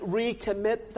recommit